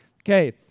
Okay